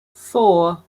four